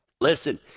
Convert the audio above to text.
listen